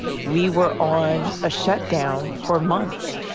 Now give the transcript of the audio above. we were on a shutdown for months.